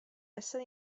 essere